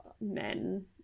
men